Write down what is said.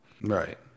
Right